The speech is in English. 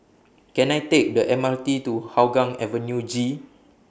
Can I Take The M R T to Hougang Avenue G